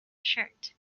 shirt